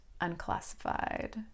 unclassified